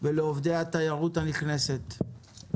ולעובדי התיירות הנכנסת.